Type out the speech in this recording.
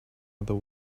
other